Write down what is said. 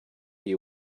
you